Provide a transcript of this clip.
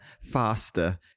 faster